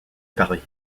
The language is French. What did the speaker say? paris